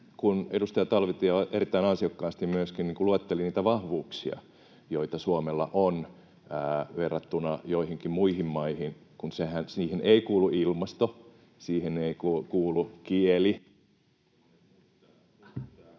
edustaja Talvitie erittäin ansiokkaasti myöskin luetteli niitä vahvuuksia, joita Suomella on verrattuna joihinkin muihin maihin: kun siihen ei kuulu ilmasto, siihen ei kuulu kieli...